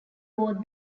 both